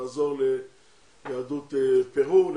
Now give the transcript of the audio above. ליהדות פרו,